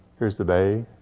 here's the bay.